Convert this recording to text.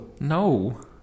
No